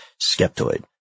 Skeptoid